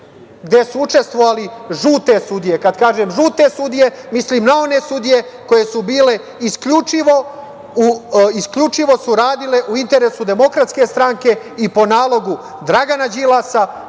gde su učestovali žute sudije. Kad kažem žute sudije, mislim na one sudije koje su isključivo radile u interesu Demokratske stranke i po nalogu Dragana Đilasa,